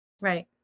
Right